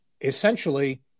essentially